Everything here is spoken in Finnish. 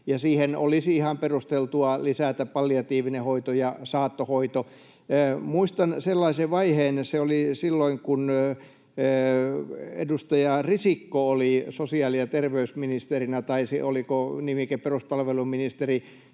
Siihen olisi ihan perusteltua lisätä palliatiivinen hoito ja saattohoito. Muistan sellaisen vaiheen: Silloin kun edustaja Risikko oli sosiaali- ja terveysministerinä, oliko nimike peruspalveluministeri,